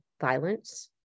violence